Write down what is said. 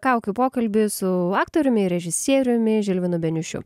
kaukių pokalbį su aktoriumi režisieriumi žilvinu beniušiu